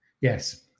Yes